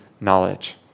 knowledge